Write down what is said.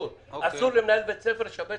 אסור למנהל בית ספר לשבץ